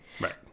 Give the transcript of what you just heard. Right